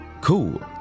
cool